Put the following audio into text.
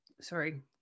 sorry